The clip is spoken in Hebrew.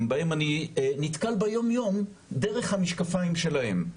בהם אני נתקל ביום יום דרך המשקפיים שלהן.